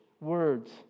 words